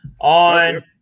on –